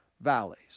valleys